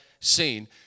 seen